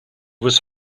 was